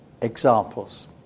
examples